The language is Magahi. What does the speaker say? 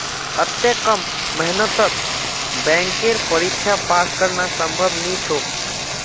अत्ते कम मेहनतत बैंकेर परीक्षा पास करना संभव नई छोक